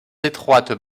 étroites